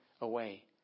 away